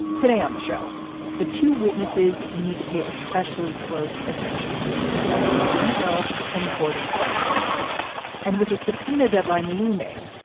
today on the show the two witnesses you need to pay especially close attention to fiona hill and gordon sunderland and with a subpoena deadline looming.